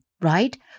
right